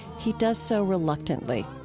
he does so reluctantly.